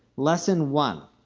lesson one,